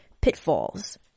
pitfalls